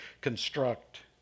construct